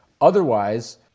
Otherwise